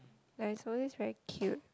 like is always very cute